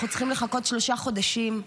אנחנו צריכים לחכות שלושה חודשים.